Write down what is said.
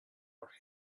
were